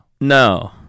no